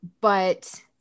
But-